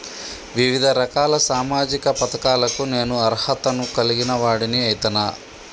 వివిధ రకాల సామాజిక పథకాలకు నేను అర్హత ను కలిగిన వాడిని అయితనా?